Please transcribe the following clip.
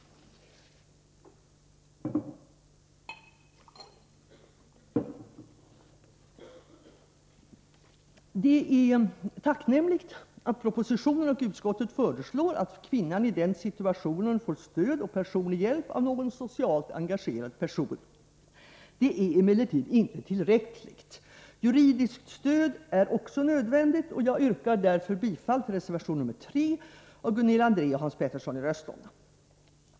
Det är tacknämligt att propositionen och utskottet föreslår att kvinnan i denna situation skall få stöd och personlig hjälp av någon socialt engagerad person. Det är emellertid inte tillräckligt. Juridiskt stöd är också nödvändigt. Jag yrkar bifall till reservation nr 3 av Gunilla André och Hans Petersson i Röstånga.